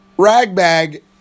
Ragbag